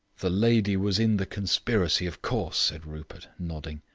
the lady was in the conspiracy, of course, said rupert, nodding.